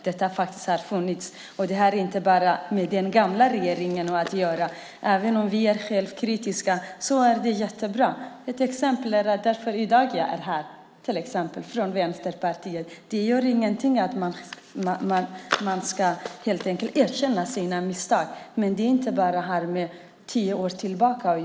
Detta problem har funnits, och det har inte bara med den gamla regeringen att göra, även om vi är självkritiska. Jag är själv här i dag från Vänsterpartiet. Man ska helt enkelt erkänna sina misstag. Men misstagen har inte skett bara tio år tillbaka.